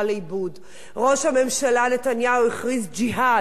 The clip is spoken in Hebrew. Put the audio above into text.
ראש הממשלה נתניהו הכריז ג'יהאד על התקשורת.